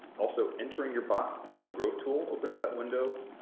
also, entering your bot via a growth tool opens that window,